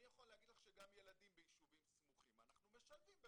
אני יכול להגיד לך שגם ילדים ביישובים סמוכים אנחנו משלבים.